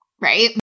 Right